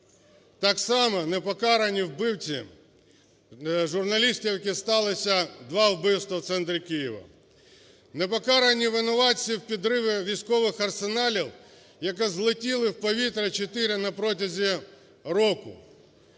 Так само, не покарані вбивці журналістів, які сталися два вбивства в центрі Києва, не покарані винуватці у підривах військових арсеналів, які злетіли в повітря, чотири на протязі року.